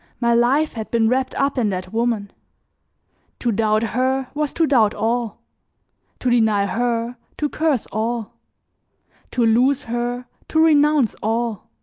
my life had been wrapped up in that woman to doubt her was to doubt all to deny her, to curse all to lose her, to renounce all.